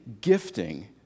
gifting